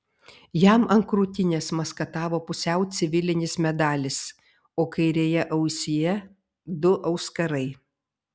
jam ant krūtinės maskatavo pusiau civilinis medalis o kairėje ausyje du auskarai